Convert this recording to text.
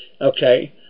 Okay